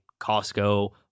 Costco